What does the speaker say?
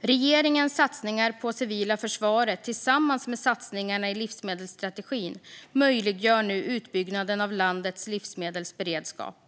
Regeringens satsningar på det civila försvaret tillsammans med satsningarna i livsmedelsstrategin möjliggör nu uppbyggnaden av landets livsmedelsberedskap.